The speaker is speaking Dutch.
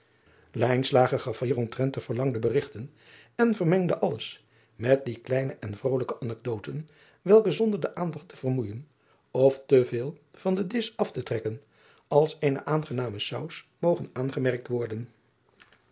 gaf hieromtrent de verlangde berigten en vermengde alles met die kleine en vrolijke anecdoten welke zonder de aandacht te vermoeijen of te veel van den disch af te trekken als eene aangename saus mogen aangemerkt worden